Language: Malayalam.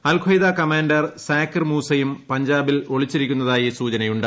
അൽ ഖയ്ദ കമാണ്ടർ സാക്കിർ മൂസയും പഞ്ചാബിൽ ഒളിച്ചിരിക്കുന്ന തായും സൂചനയുണ്ട്